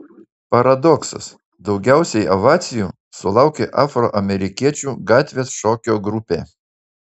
paradoksas daugiausiai ovacijų sulaukė afroamerikiečių gatvės šokio grupė